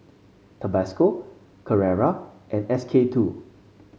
Tabasco Carrera and SK two